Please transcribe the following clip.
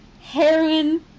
Heroin